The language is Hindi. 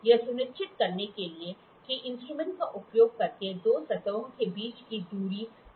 यह सुनिश्चित करने के लिए कि एक इंस्ट्रूमेंट का उपयोग करके दो सतहों के बीच की दूरी सपाट है